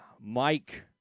Mike